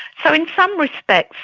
so in some respects,